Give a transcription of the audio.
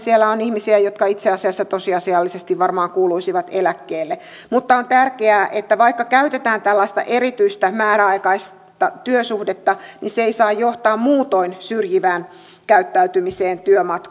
ja siellä on ihmisiä jotka itse asiassa tosiasiallisesti varmaan kuuluisivat eläkkeelle mutta on tärkeää että vaikka käytetään tällaista erityistä määräaikaista työsuhdetta niin se ei saa johtaa muutoin syrjivään käyttäytymiseen